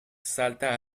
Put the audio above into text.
salta